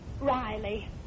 Riley